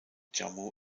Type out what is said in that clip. jammu